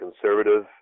conservative